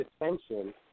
attention